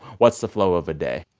what's the flow of a day?